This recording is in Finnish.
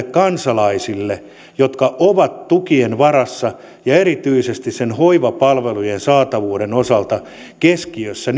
kansalaisille jotka ovat tukien varassa ja erityisesti hoivapalvelujen saatavuuden osalta keskiössä